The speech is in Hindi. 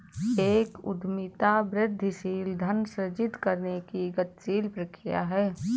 एक उद्यमिता वृद्धिशील धन सृजित करने की गतिशील प्रक्रिया है